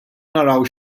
naraw